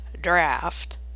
draft